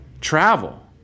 travel